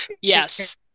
Yes